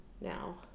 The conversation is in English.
now